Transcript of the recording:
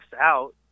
out